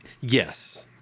Yes